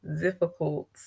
difficult